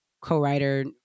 co-writer